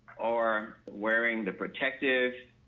are wearing the protective